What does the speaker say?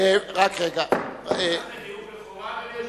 מה זה, נאום בכורה, אדוני היושב-ראש?